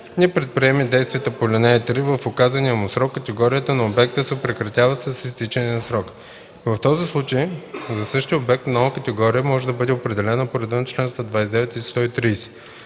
не предприеме действията по ал. 3 в указания му срок, категорията на обекта се прекратява с изтичането на срока. В този случай за същия обект нова категория може да бъде определена по реда на чл. 129 и 130.